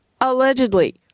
allegedly